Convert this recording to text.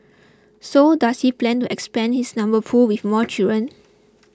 so does he plan to expand his number pool with more children